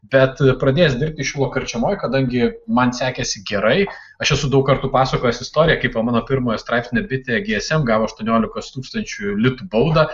bet pradęs dirbti šilo karčemoj kadangi man sekėsi gerai aš esu daug kartų pasakojęs istoriją kaip po mano pirmojo straipsnį bitė gsm gavo aštuoniolikos tūkstančių litų baudą